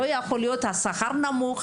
לא יכול להיות השכר נמוך,